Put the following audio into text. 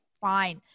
fine